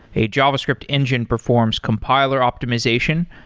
a javascript engine performs compiler optimization,